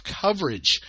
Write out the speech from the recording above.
coverage